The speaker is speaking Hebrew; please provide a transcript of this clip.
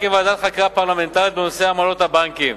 כוועדת חקירה פרלמנטרית בנושא עמלות הבנקים.